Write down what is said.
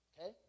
Okay